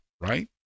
right